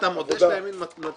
אתה מודה שאתה ימין מתון?